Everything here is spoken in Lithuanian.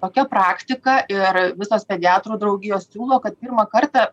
tokia praktika ir visos pediatrų draugijos siūlo kad pirmą kartą